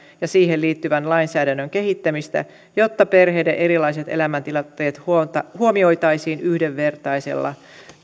ja siihen liittyvän lainsäädännön kehittämistä jotta perheiden erilaiset elämäntilanteet huomioitaisiin yhdenvertaisella